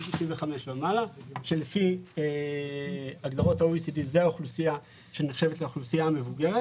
65 ומעלה שלפי הגדרות ה-OECD זאת האוכלוסייה שנחשבת לאוכלוסייה מבוגרת.